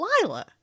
Lila